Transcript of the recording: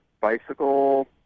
bicycle